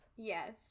yes